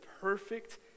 perfect